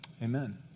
Amen